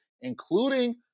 including